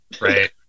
Right